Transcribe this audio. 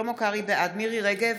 בעד מירי מרים רגב,